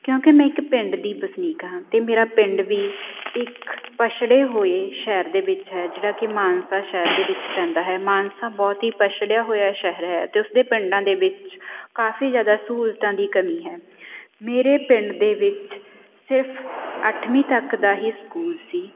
ਕਿਉਂਕਿ ਮੈਂ ਇੱਕ ਪਿੰਡ ਦੀ ਵਸਨੀਕ ਹਾਂ ਅਤੇ ਮੇਰਾ ਪਿੰਡ ਵੀ ਇੱਕ ਪਛੜੇ ਹੋਏ ਸ਼ਹਿਰ ਦੇ ਵਿੱਚ ਹੈ ਜਿਹੜਾ ਕਿ ਮਾਨਸਾ ਸ਼ਹਿਰ ਦੇ ਵਿੱਚ ਪੈਂਦਾ ਹੈ ਮਾਨਸਾ ਬਹੁਤ ਹੀ ਪਛੜਿਆ ਹੋਇਆ ਸ਼ਹਿਰ ਹੈ ਅਤੇ ਉਸਦੇ ਪਿੰਡਾਂ ਦੇ ਵਿੱਚ ਕਾਫੀ ਜ਼ਿਆਦਾ ਸਹੂਲਤਾਂ ਦੀ ਕਮੀ ਹੈ ਮੇਰੇ ਪਿੰਡ ਦੇ ਵਿੱਚ ਸਿਰਫ ਅੱਠਵੀਂ ਤੱਕ ਦਾ ਹੀ ਸਕੂਲ ਸੀ